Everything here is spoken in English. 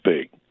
speak